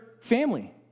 family